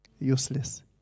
Useless